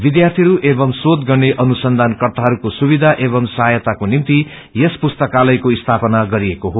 विष्यार्थिहरू एवमू शोष गर्ने अनुसंघान कर्ताहरूको सुविधा एवमू सहायताको निम्ति यस पुस्तकालयको स्थापना गरिएको हो